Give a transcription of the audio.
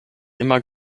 immer